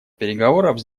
переговоров